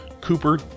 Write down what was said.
Cooper